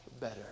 better